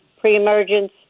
pre-emergence